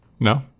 No